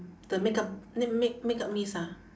the makeup m~ make~ makeup mist ah